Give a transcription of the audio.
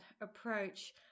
approach